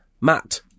Matt